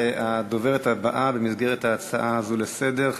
והדוברת הבאה במסגרת ההצעה הזאת לסדר-היום,